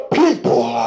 people